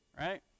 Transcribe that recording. right